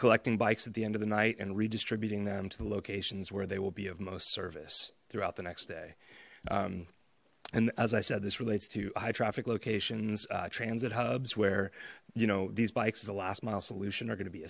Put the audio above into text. collecting bikes at the end of the night and redistributing them to the locations where they will be of most service throughout the next day and as i said this relates to traffic locations transit hubs where you know these bikes is a last mile solution are go